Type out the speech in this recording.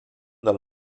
del